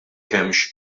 hemmx